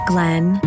Glenn